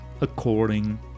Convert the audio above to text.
according